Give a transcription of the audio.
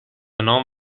نام